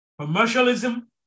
commercialism